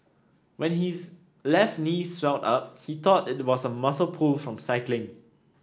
when his left knee swelled up he thought it was a muscle pull from cycling